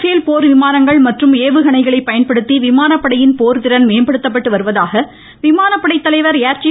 பேல் போர் விமானங்கள் மற்றும் ஏவுகணைகளை பயன்படுத்தி விமானப்படையின் போர்திறன் மேம்படுத்தப்படுவதாக விமானப்படை தலைவர் ஏர்சீ